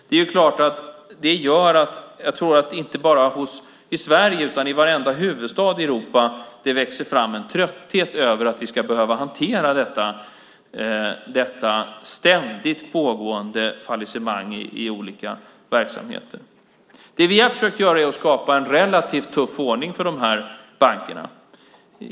Det är klart att det gör att det inte bara i Sverige utan i varenda huvudstad i Europa växer fram en trötthet över att vi ska behöva hantera detta ständigt pågående fallissemang i olika verksamheter. Det vi har försökt göra är att skapa en relativt tuff ordning för de här bankerna.